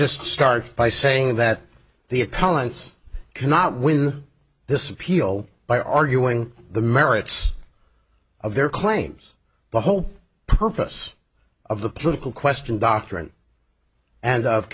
just start by saying that the appellant's cannot win this appeal by arguing the merits of their claims the whole purpose of the political question doctrine and of